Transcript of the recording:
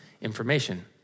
information